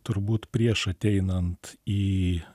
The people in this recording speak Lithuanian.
turbūt prieš ateinant į